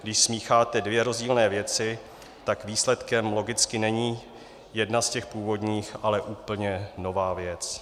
Když smícháte dvě rozdílné věci, tak výsledkem logicky není jedna z těch původních, ale úplně nová věc.